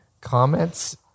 comments